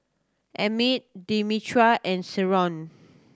Emmet Demetra and Sherron